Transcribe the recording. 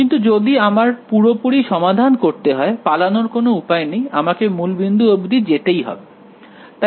কিন্তু যদি আমার পুরোপুরি সমাধান করতে হয় পালানোর কোন উপায় নেই আমাকে মূলবিন্দু অবধি যেতেই হবে